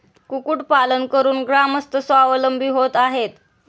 कुक्कुटपालन करून ग्रामस्थ स्वावलंबी होत आहेत